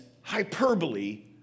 hyperbole